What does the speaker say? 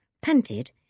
panted